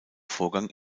vorgang